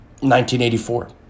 1984